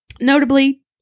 Notably